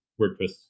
WordPress